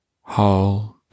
hold